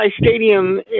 Stadium